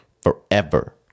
forever